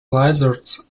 lizards